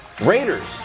Raiders